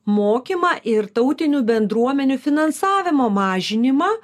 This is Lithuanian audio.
mokymą ir tautinių bendruomenių finansavimo mažinimą